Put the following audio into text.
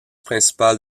principale